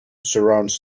surrounds